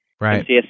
Right